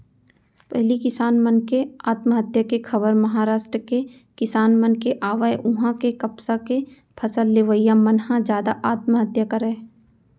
पहिली किसान मन के आत्महत्या के खबर महारास्ट के किसान मन के आवय उहां के कपसा के फसल लेवइया मन ह जादा आत्महत्या करय